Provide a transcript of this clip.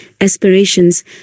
aspirations